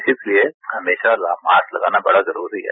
इसलिए हमेशा मास्क लगाना बड़ा जरूरी है